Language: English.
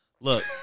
Look